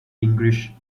english